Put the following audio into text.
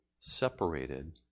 separated